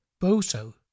Boso